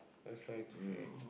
just try to hear